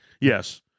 Yes